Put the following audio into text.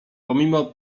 pomimo